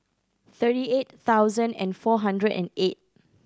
thirty eight thousand and four hundred and eight